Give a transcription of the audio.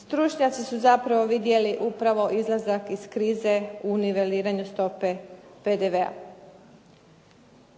Stručnjaci su zapravo vidjeli upravo izlazak iz krize u niveliranju stope PDV-a.